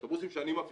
אוטובוסים שאני מפעיל.